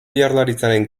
jaurlaritzaren